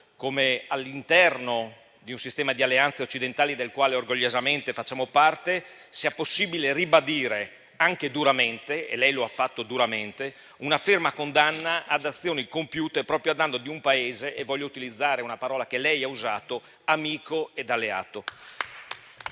come, all'interno di un sistema di alleanze occidentali del quale orgogliosamente facciamo parte, sia possibile ribadire anche duramente - e lei lo ha fatto duramente - una ferma condanna ad azioni compiute proprio a danno di un Paese (e voglio utilizzare le parole che lei ha usato) amico ed alleato